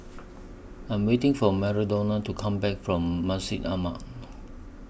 I Am waiting For Madonna to Come Back from Masjid Ahmad